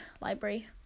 library